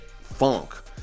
funk